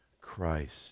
Christ